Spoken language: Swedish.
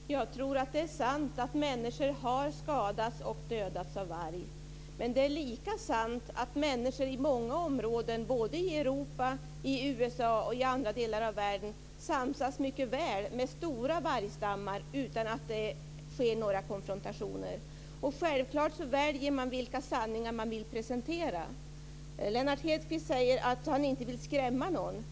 Fru talman! Jag tror att det är sant att människor har skadats och dödats av varg. Men det är lika sant att människor i många områden, i Europa, i USA och i andra delar av världen, samsas mycket väl med stora vargstammar utan att det sker några konfrontationer. Självklart väljer man vilka sanningar man vill presentera. Lennart Hedquist säger att han inte vill skrämma någon.